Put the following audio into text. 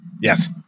Yes